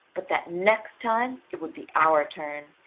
but that next time it would be our turn,